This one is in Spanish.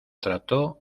trató